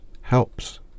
helps